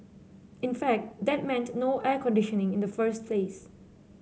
in fact that meant no air conditioning in the first place